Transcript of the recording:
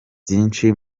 byinshi